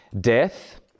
death